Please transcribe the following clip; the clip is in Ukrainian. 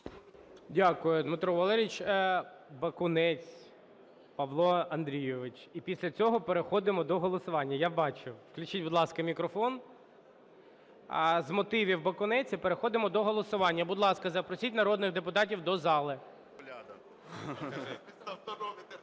Дякую, Дмитро Валерійович. Бакунець Павло Андрійович. І після цього переходимо до голосування. Я бачу. Включіть, будь ласка, мікрофон, з мотивів – Бакунець, і переходимо до голосування. Будь ласка, запросіть народних депутатів до зали.